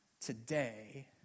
today